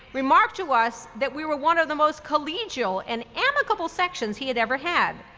remarked to us that we were one of the most collegial and amicable sections he had ever had.